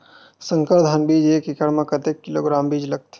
संकर धान बीज एक एकड़ म कतेक किलोग्राम बीज लगथे?